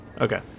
Okay